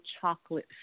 chocolate